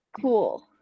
Cool